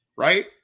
Right